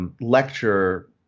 lecture